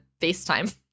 FaceTime